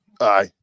aye